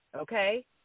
okay